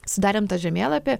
sudarėm tą žemėlapį